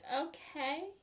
okay